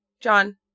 John